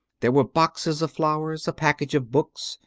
there were boxes of flowers, a package of books,